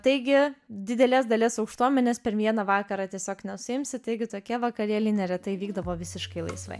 taigi didelės dalies aukštuomenės per vieną vakarą tiesiog nesuimsi taigi tokie vakarėliai neretai vykdavo visiškai laisvai